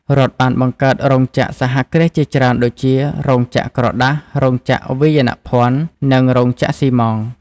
រដ្ឋបានបង្កើតរោងចក្រសហគ្រាសជាច្រើនដូចជា រោងចក្រក្រដាស រោងចក្រវាយនភណ្ឌ និងរោងចក្រស៊ីម៉ងត៍។